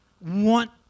want